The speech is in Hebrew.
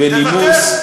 תבטל.